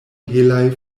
helaj